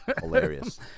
Hilarious